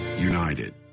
united